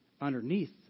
underneath